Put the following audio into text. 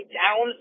down